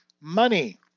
Money